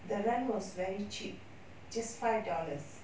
the rent was very cheap just five dollars